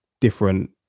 different